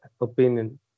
opinion